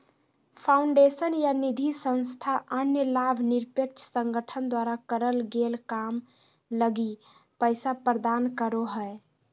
foundation या निधिसंस्था अन्य लाभ निरपेक्ष संगठन द्वारा करल गेल काम लगी पैसा प्रदान करो हय